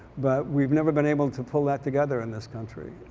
but we've never been able to pull that together in this country.